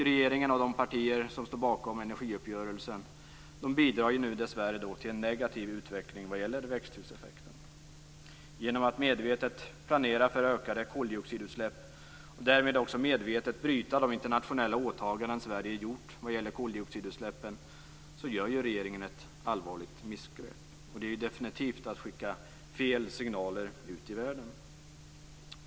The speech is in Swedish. Regeringen och de partier som står bakom energiuppgörelsen bidrar nu dessvärre till en negativ utveckling när det gäller växthuseffekten. Genom att medvetet planera för ökade koldioxidutsläpp och därmed också medvetet bryta de internationella åtaganden Sverige har gjort vad gäller koldioxidutsläppen gör regeringen ett allvarligt missgrepp. Det är definitivt att skicka fel signaler ut i världen.